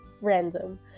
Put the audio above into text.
random